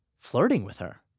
flirting with her.